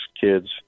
kids